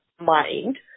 mind